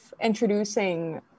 introducing